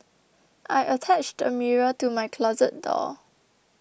I attached a mirror to my closet door